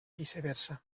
viceversa